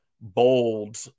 bold